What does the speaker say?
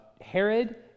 Herod